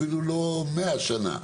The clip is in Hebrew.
אפילו לא 100 שנה,